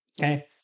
Okay